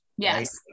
Yes